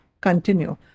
continue